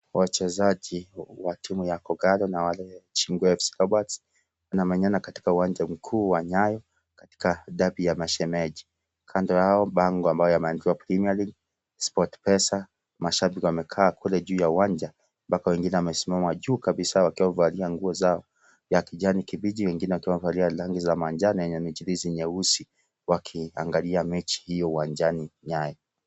Wachezaji wa timu ya Kogalo na wale wa timu ya AFC Leopards wanamenyana katika uwanja mkuu wa Nyayo katika derby ya mashemeji. Kando yao bango ambalo yameandikwa Premier League, Sportpesa. Mashabiki wamekaa kule juu ya uwanja mpaka wengine wamesimama juu kabisa wakiwa wamevalia nguo zao ya kijani kibichi wengine wakiwa wamevalia rangi za manjane na mijilisi nyeusi wakiangalia mechi hiyo uwanjani Nyayo.